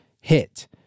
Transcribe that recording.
hit